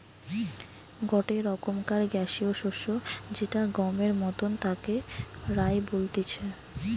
গটে রকমকার গ্যাসীয় শস্য যেটা গমের মতন তাকে রায় বলতিছে